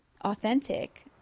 authentic